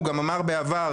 הוא גם אמר בעבר,